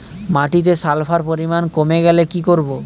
মাটিতে সালফার পরিমাণ কমে গেলে কি করব?